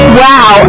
wow